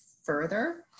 further